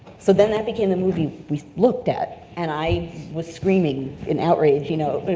so then that became the movie we looked at, and i was screaming in outrage, you know,